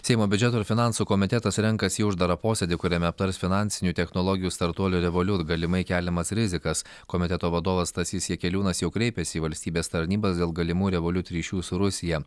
seimo biudžeto ir finansų komitetas renkasi į uždarą posėdį kuriame aptars finansinių technologijų startuolio revoliut galimai keliamas rizikas komiteto vadovas stasys jakeliūnas jau kreipėsi į valstybės tarnybas dėl galimų revoliut ryšių su rusija